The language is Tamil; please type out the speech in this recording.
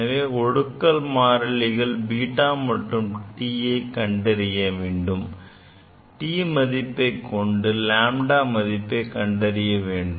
எனவே நாம் ஒடுக்கல் மாறிலிகள் β மற்றும் T கண்டறியவேண்டும் T மதிப்பைக் கொண்டு λ மதிப்பை கண்டறிய வேண்டும்